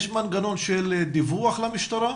האם יש מנגנון של דיווח למשטרה?